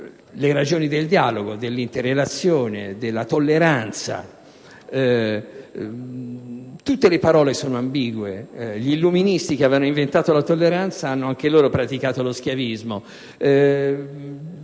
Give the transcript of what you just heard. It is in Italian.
le ragioni del dialogo, dell'interrelazione e della tolleranza. Tutte le parole sono ambigue. Gli illuministi che avevano inventato la tolleranza hanno anche loro praticato lo schiavismo.